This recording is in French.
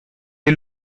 est